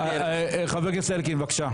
חבר הכנסת אלקין, בבקשה.